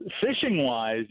fishing-wise